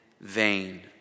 vain